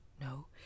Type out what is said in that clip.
no